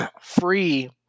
Free